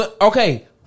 Okay